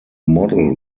model